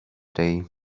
day